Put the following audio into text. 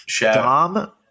Dom